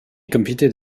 competed